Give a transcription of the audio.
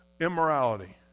immorality